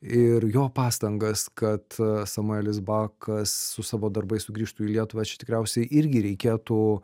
ir jo pastangas kad samuelis bakas su savo darbais sugrįžtų į lietuvą čia tikriausiai irgi reikėtų